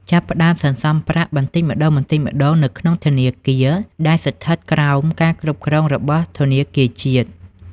ចាប់ផ្តើមសន្សំប្រាក់បន្តិចម្តងៗនៅក្នុងធនាគារដែលស្ថិតក្រោមការគ្រប់គ្រងរបស់ធនាគារជាតិ។